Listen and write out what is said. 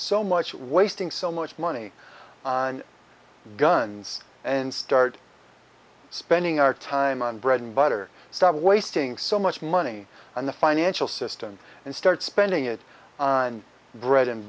so much wasting so much money on guns and start spending our time on bread and butter stop wasting so much money on the financial system and start spending it on bread and